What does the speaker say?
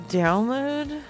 download